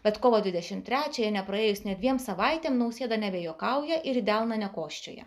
bet kovo dvidešimt trečiąją nepraėjus nė dviem savaitėm nausėda nebejuokauja ir delną nekosčioja